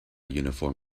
uniform